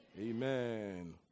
Amen